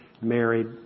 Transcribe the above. married